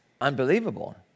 unbelievable